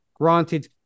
granted